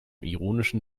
ironischen